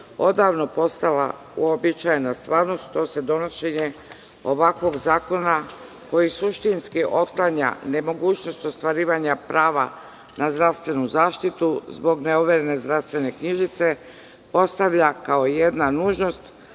odavno postala uobičajena stvarnost, to se donošenje ovakvog zakona koji suštinski otklanja nemogućnost ostvarivanja prava na zdravstvenu zaštitu zbog neoverene zdravstvene knjižice postavlja kao jedna nužnost